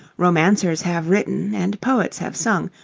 romancers have written, and poets have sung,